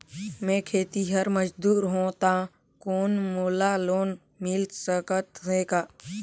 मैं खेतिहर मजदूर हों ता कौन मोला लोन मिल सकत हे का?